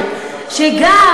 שגם